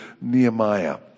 Nehemiah